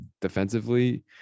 defensively